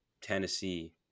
Tennessee